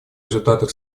результатах